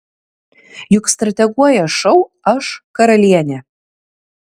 juk strateguoja šou aš karalienė